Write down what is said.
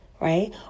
right